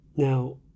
Now